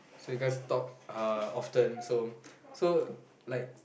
so you guys talk uh often so so like